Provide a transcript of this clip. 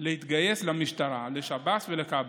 להתגייס למשטרה, לשב"ס ולכב"ה.